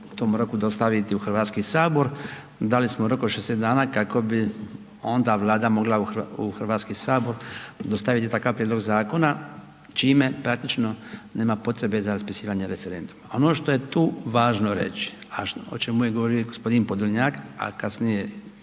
u tom roku dostaviti u Hrvatski sabor, dali smo rok od 60 dana kako bi onda Vlada mogla u Hrvatski sabor dostaviti takav prijedlog zakona čime praktično nema potrebe za raspisivanje referenduma. Ono što je tu važno reći, a o čemu je govorio i gospodin Podolnjak, a kasnije